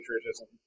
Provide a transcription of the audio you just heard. patriotism